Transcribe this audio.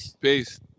Peace